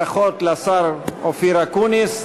ברכות לשר אופיר אקוניס.